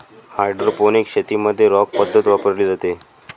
hydroponics शेतीमध्ये rock पद्धत वापरली जाते